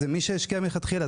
זה מי שהשקיע מלכתחילה,